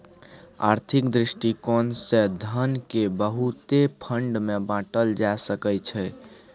आर्थिक दृष्टिकोण से धन केँ बहुते फंड मे बाटल जा सकइ छै